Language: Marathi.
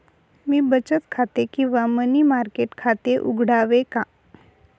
मी बचत खाते किंवा मनी मार्केट खाते उघडावे का?